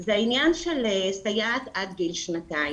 זה העניין של סייעת עד גיל שנתיים.